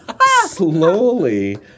slowly